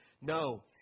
No